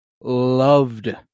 loved